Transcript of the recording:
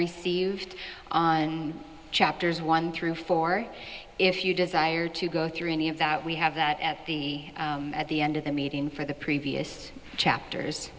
received chapters one through four if you desire to go through any of that we have that at the at the end of the meeting for the previous chapters